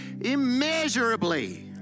immeasurably